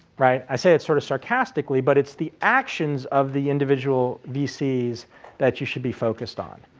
right? i say it sort of sarcastically, but it's the actions of the individual vcs that you should be focused on.